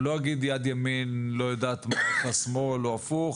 אני לא אגיד יד ימין לא יודעת מיד שמאל או הפוך,